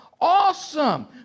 Awesome